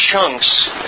chunks